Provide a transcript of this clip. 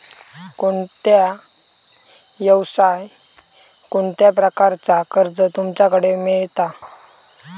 कोणत्या यवसाय कोणत्या प्रकारचा कर्ज तुमच्याकडे मेलता?